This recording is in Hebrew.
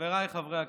חבריי חברי הכנסת,